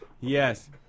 Yes